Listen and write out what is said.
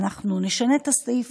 אנחנו נשנה את הסעיף,